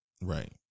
Right